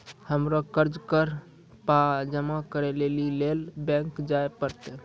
हमरा कर्जक पाय जमा करै लेली लेल बैंक जाए परतै?